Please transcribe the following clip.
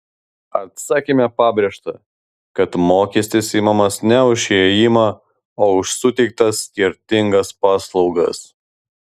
atsakyme pabrėžta kad mokestis imamas ne už įėjimą o už suteiktas skirtingas paslaugas